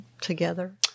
together